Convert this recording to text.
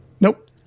Nope